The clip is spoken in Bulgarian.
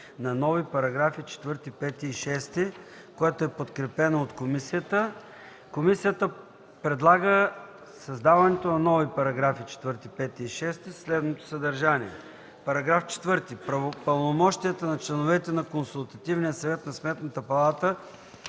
на нови параграфи 4, 5 и 6, което е подкрепено от комисията. Комисията предлага създаването на нови § 4, § 5 и § 6 със следното съдържание: „§ 4. Пълномощията на членовете на Консултативния съвет на Сметната палата